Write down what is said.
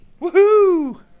Woohoo